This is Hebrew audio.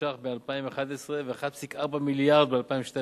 שקלים ב-2011 ו-1.4 מיליארד ב-2012,